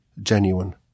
genuine